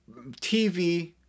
TV